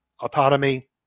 autonomy